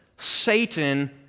Satan